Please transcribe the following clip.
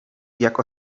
jak